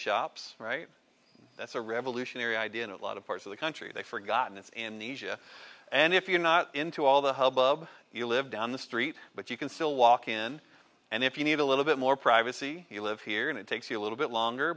shops right that's a revolutionary idea in a lot of parts of the country they forgotten it's amnesia and if you're not into all the hub bub you live down the street but you can still walk in and if you need a little bit more privacy you live here and it takes you a little bit longer